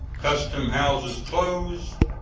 custom-houses closed,